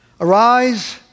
Arise